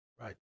right